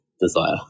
desire